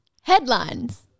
Headlines